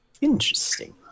Interesting